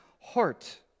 heart